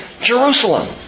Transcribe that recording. Jerusalem